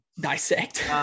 Dissect